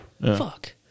Fuck